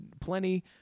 Plenty